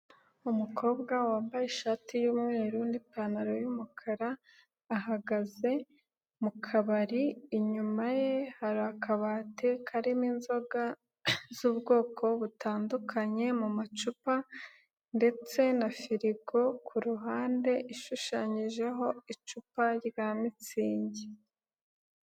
Umukobwa wambaye ishati y'umweru n'ipantaro y'umukara ahagaze mu kabari, inyuma ye hari akabati karimo inzoga z'ubwoko butandukanye mu macupa ndetse na firigo ku ruhande ishushanyijeho icupa rya Mitsingi.